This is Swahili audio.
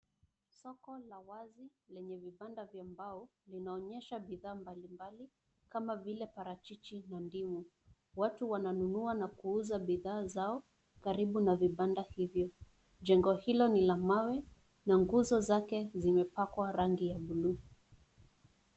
Soko la wazi lenye vibanda vya mbao linaonyesha bidhaa mbalimbali kama vile parachichi na ndimu. Watu wananunua na kuuza bidhaa zao karibu na vibanda hivyo. Jengo hilo ni la mawe na nguzo zake zimepakwa rangi ya bluu.